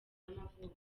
y’amavuko